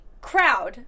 crowd